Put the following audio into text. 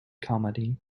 comedy